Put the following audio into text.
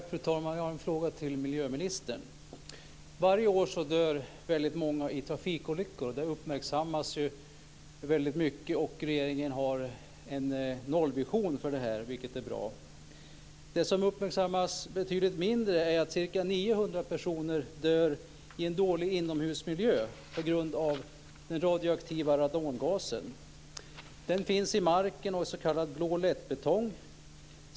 Fru talman! Jag har en fråga till miljöministern. Varje år dör många i trafikolyckor. Det uppmärksammas väldigt mycket, och regeringen har en nollvision, vilket är bra. Något som uppmärksammas betydligt mindre är att ca 900 personer dör av en dålig inomhusmiljö på grund av den radioaktiva radongasen. Den finns i marken och i s.k. blå lättbetong.